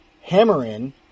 hammer-in